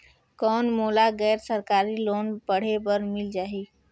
कौन मोला गैर सरकारी लोन पढ़े बर मिल जाहि?